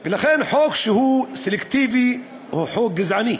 וחוק שהוא סלקטיבי הוא חוק גזעני.